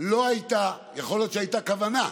לא היה, יכול להיות שהייתה כוונה,